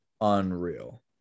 unreal